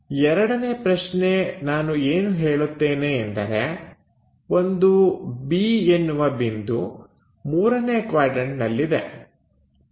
ಎರಡನೇ ಪ್ರಶ್ನೆ ನಾನು ಏನು ಹೇಳುತ್ತೇನೆ ಎಂದರೆ ಒಂದು B ಎನ್ನುವ ಬಿಂದು ಮೂರನೇ ಕ್ವಾಡ್ರನ್ಟನಲ್ಲಿದೆ